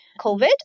COVID